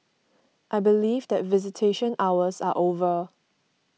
I believe that visitation hours are over